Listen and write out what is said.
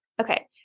okay